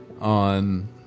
on